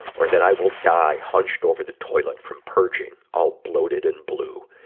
or that i will die hunched over the toilet from purging, all bloated and blue.